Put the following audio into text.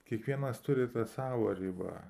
kiekvienas turi tą savą ribą